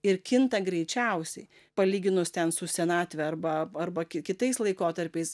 ir kinta greičiausiai palyginus ten su senatve arba arba kitais laikotarpiais